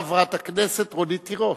חברת הכנסת רונית תירוש.